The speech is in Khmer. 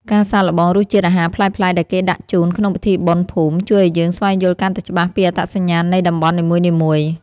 ការសាកល្បងរសជាតិអាហារប្លែកៗដែលគេដាក់ជូនក្នុងពិធីបុណ្យភូមិ ជួយឱ្យយើងស្វែងយល់កាន់តែច្បាស់ពីអត្តសញ្ញាណនៃតំបន់នីមួយៗ។